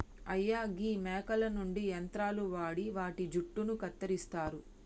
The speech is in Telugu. అయ్యా గీ మేకల నుండి యంత్రాలు వాడి వాటి జుట్టును కత్తిరిస్తారు